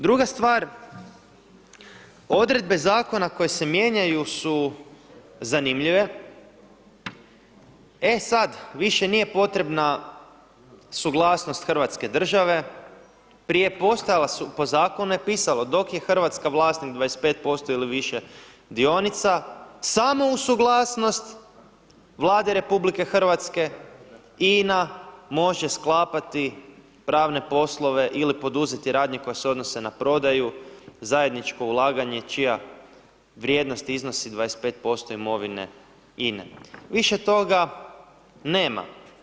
Druga stvar, odredbe zakona koje se mijenjaju su zanimljive, e sad više nije potrebna suglasnost hrvatske države, prije je postojala, po zakonu je pisalo dok je Hrvatska vlasnik 25% ili više dionica samo uz suglasnost Vlade RH INA može sklapati pravne poslove ili poduzeti radnje koje se odnose na prodaju, zajedničko ulaganje čija vrijednost iznosi 25% imovine INE, više toga nema.